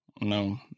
No